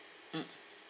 mm